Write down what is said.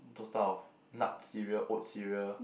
those type of nut cereal oat cereal